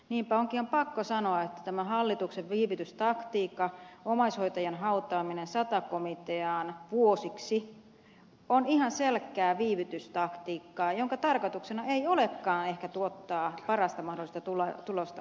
niinpä onkin pakko sanoa että tämä hallituksen viivytystaktiikka omaishoitajien hautaaminen sata komiteaan vuosiksi on ihan selkeää viivytystaktiikkaa jonka tarkoituksena ei olekaan ehkä tuottaa parasta mahdollista tulosta omaisille